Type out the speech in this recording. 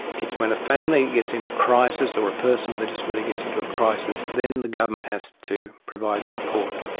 it's when a family gets into crisis, or a person with a disability gets into a crisis then the government has to provide support.